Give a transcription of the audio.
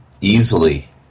easily